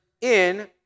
in-